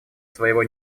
своего